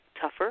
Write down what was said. tougher